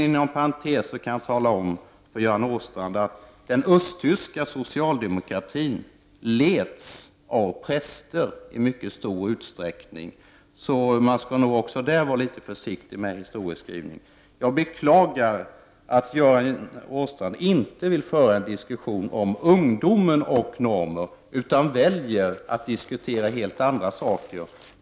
Inom parentes kan jag tala om för Göran Åstrand att den östtyska socialdemokratin i mycket stor utsträckning leds av präster. Man skall nog också på den punkten vara litet försiktig med historieskrivningen. Jag beklagar att Göran Åstrand inte vill föra en diskussion om ungdomen och normer utan i stället väljer att diskutera helt andra saker.